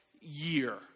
year